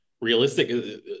realistic